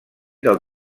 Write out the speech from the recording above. del